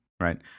right